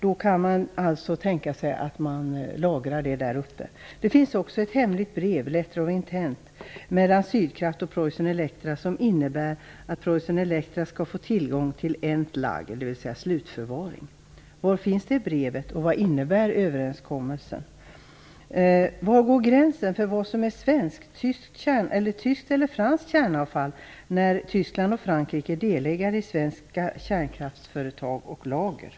Då kan man tänka sig att de lagrar där uppe. Det finns också ett hemligt brev - letter of intent - PreussenElectra skall få tillgång till End-lager, dvs. slutförvaring. Var finns det brevet, och vad innebär överenskommelsen? Var går gränsen för vad som svenskt, tyskt eller franskt kärnavfall när tyska och franska företag är delägare i svenska kärnkraftsföretag och lager?